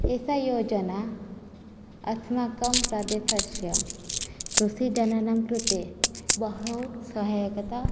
एषा योजना अस्माकं प्रदेशस्य कृषिजनानां कृते बहुसहायकतां